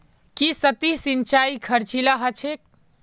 की सतही सिंचाई खर्चीला ह छेक